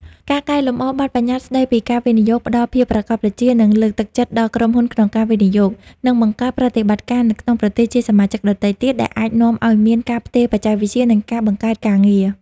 ការកែលម្អបទប្បញ្ញត្តិស្តីពីការវិនិយោគ ផ្តល់ភាពប្រាកដប្រជា និងលើកទឹកចិត្តដល់ក្រុមហ៊ុនក្នុងការវិនិយោគ និងបង្កើតប្រតិបត្តិការនៅក្នុងប្រទេសជាសមាជិកដទៃទៀត ដែលអាចនាំឲ្យមាន ការផ្ទេរបច្ចេកវិទ្យា និងការបង្កើតការងារ។